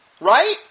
right